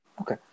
Okay